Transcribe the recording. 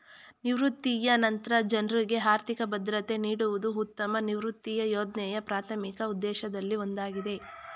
ನಿವೃತ್ತಿಯ ನಂತ್ರ ಜನ್ರುಗೆ ಆರ್ಥಿಕ ಭದ್ರತೆ ನೀಡುವುದು ಉತ್ತಮ ನಿವೃತ್ತಿಯ ಯೋಜ್ನೆಯ ಪ್ರಾಥಮಿಕ ಉದ್ದೇಶದಲ್ಲಿ ಒಂದಾಗಿದೆ